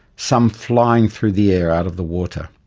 some flying through the air out of the water.